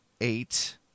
eight